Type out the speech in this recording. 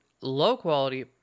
low-quality